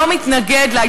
לא מתנגד לה.